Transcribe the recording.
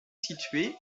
située